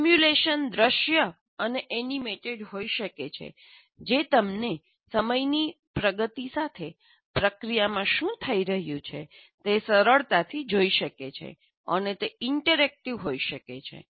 simulation દ્રશ્ય અને animated હોઈ શકે છે જે તમને સમયની પ્રગતિ સાથે પ્રક્રિયામાં શું થઈ રહ્યું છે તે સરળતાથી જોઈ શકે છે અને તે ઇન્ટરેક્ટિવ હોઈ શકે છે